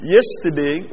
Yesterday